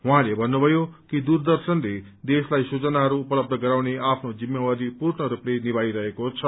उहाँले भन्नुभयो कि दूरदर्शनको देशलाई सूचनाहरू उपलब्ध गराउने आफ्नो जिम्मेवारी पूर्णरूपले निभाइरहेको छ